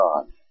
God